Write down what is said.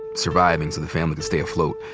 surviving so the family can stay afloat.